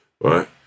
right